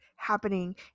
happening